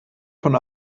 von